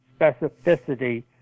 specificity